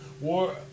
War